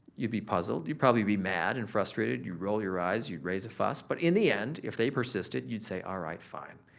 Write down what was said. you'd be puzzled. you'd probably be mad and frustrated. you'd roll your eyes. you'd raise a fuss. but in the end if they persisted, you'd say all right, fine.